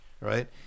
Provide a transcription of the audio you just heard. right